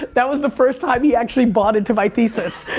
that was the first time he actually bought into my thesis.